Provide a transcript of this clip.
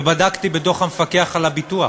ובדקתי בדוח המפקח על הביטוח,